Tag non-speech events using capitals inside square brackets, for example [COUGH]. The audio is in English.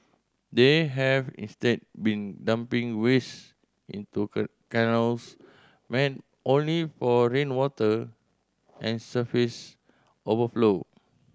they have instead been dumping waste into [UNINTELLIGIBLE] canals meant only for rainwater and surface overflow